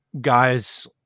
guys